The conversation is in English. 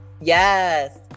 yes